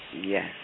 Yes